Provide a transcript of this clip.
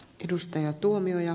edustajat tuomioja